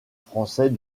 français